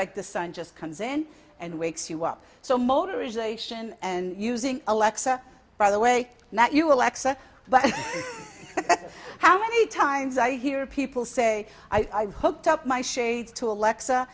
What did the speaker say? like the sun just comes in and wakes you up so motor ization and using alexa by the way that you will accept but how many times i hear people say i hooked up my shades to alexa